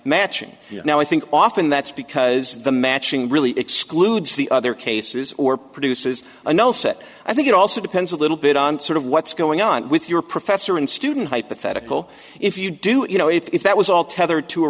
matching now i think often that's because the matching really excludes the other cases or produces a no set i think it also depends a little bit on sort of what's going on with your professor and student hypothetical if you do you know if that was all tethered to a